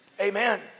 Amen